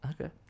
Okay